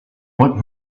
what